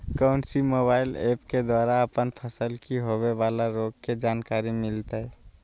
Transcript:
कौन सी mobile app के द्वारा अपन फसल के होबे बाला रोग के जानकारी मिलताय?